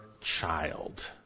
child